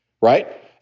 right